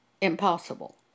impossible